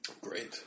Great